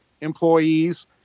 employees